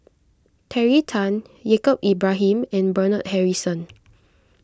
Terry Tan Yaacob Ibrahim and Bernard Harrison